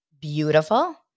beautiful